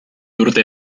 urte